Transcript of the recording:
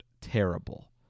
terrible